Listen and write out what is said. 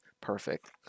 Perfect